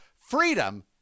freedom